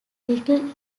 little